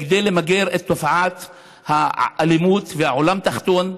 כדי למגר את תופעת האלימות והעולם התחתון,